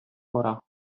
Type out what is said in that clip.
пора